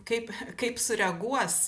kaip kaip sureaguos